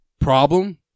problem